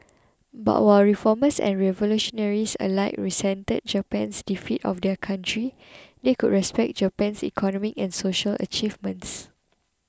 but while reformers and revolutionaries alike resented Japan's defeat of their country they could respect Japan's economic and social achievements